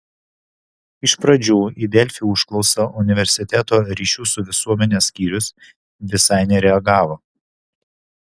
iš pradžių į delfi užklausą universiteto ryšių su visuomene skyrius visai nereagavo